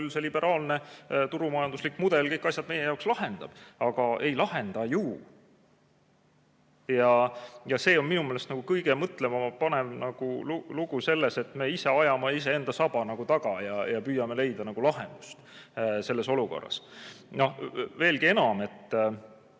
küll see liberaalne turumajanduslik mudel kõik asjad meie jaoks lahendab. Aga ei lahenda ju. Ja see on minu meelest kõige mõtlemapanevam lugu, et me ajame iseenda saba taga ja püüame leida lahendust selles olukorras. Veelgi enam, kui